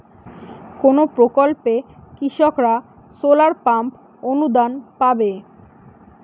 কোন প্রকল্পে কৃষকরা সোলার পাম্প অনুদান পাবে?